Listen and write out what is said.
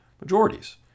majorities